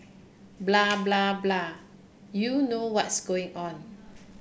blah blah blah you know what's going on